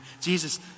Jesus